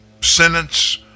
sentence